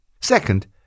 Second